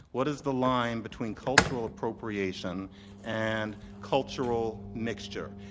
what is the line between cultural appropriation and cultural mixture?